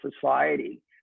society